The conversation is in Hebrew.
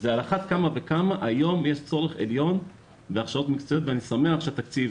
על אחת כמה וכמה היום יש צורך עליון בהכשרות מקצועיות ואני שמח שהתקציב